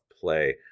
play